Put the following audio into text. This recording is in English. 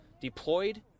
deployed